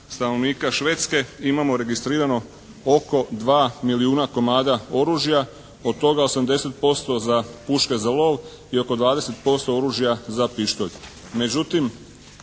stanovnika Švedske imamo registrirano oko 2 milijuna komada oružja, od toga 80% za puške za lov i oko 20% oružja za pištolj.